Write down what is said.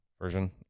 version